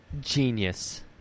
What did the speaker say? genius